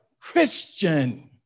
Christian